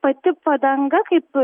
pati padanga kaip